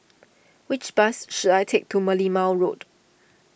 which bus should I take to Merlimau Road